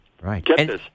right